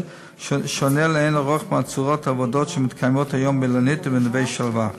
שונה לאין ערוך מצורות העבודה שמתקיימות היום ב"אילנית" וב"נווה שלווה",